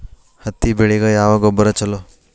ಹತ್ತಿ ಬೆಳಿಗ ಯಾವ ಗೊಬ್ಬರ ಛಲೋ?